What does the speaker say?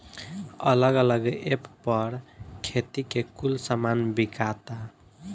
अलग अलग ऐप पर खेती के कुल सामान बिकाता